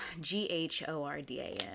g-h-o-r-d-a-n